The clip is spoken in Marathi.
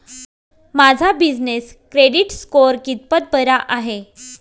माझा बिजनेस क्रेडिट स्कोअर कितपत बरा आहे?